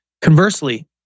Conversely